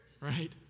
Right